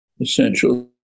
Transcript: essential